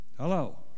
hello